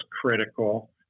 critical